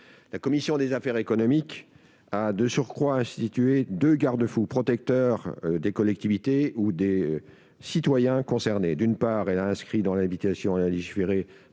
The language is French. La commission des affaires économiques a, de surcroît, institué deux garde-fous protégeant les collectivités ou les citoyens concernés : d'une part, elle a introduit dans l'habilitation à légiférer